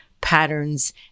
patterns